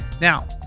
Now